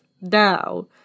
now